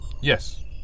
Yes